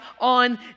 on